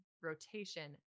rotation